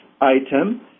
item